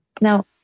Now